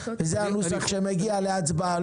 וזה הנוסח שמגיע להצבעה.